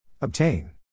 Obtain